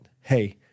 Hey